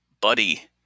buddy